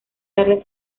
tarde